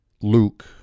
Luke